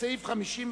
לסעיף 55(2)